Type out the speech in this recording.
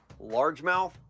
largemouth